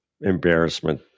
embarrassment